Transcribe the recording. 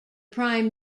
prime